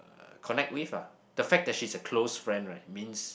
connect with ah the fact that she's a close friend right means